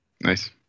Nice